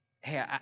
hey